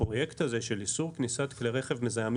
הפרויקט הזה של איסור כניסת כלי רכב מזהמים